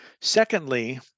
Secondly